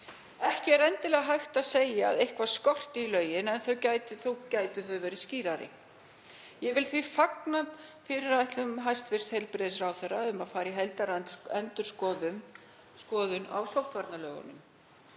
Ekki er endilega hægt að segja að eitthvað skorti í lögin en þó gætu þau verið skýrari. Ég vil því fagna fyrirætlunum hæstv. heilbrigðisráðherra um að fara í heildarendurskoðun á sóttvarnalögum